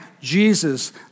Jesus